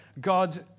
God's